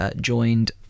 joined